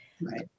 Right